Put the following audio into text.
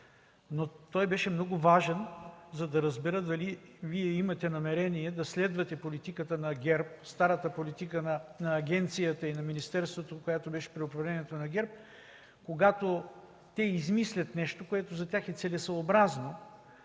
Той беше много важен, за да разбера дали Вие имате намерение да следвате политиката на ГЕРБ – старата политика на агенцията и на министерството, която беше при управлението на ГЕРБ, когато те измислят нещо, което за тях е целесъобразно,